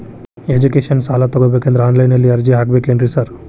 Education ಸಾಲ ತಗಬೇಕಂದ್ರೆ online ನಲ್ಲಿ ಅರ್ಜಿ ಹಾಕ್ಬೇಕೇನ್ರಿ ಸಾರ್?